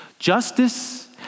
justice